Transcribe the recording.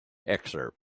excerpt